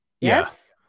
Yes